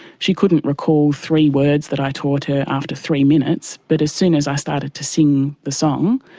she couldn't recall three words that i taught her after three minutes, but as soon as i started to sing the song,